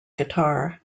guitar